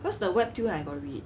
cause the web toon I got read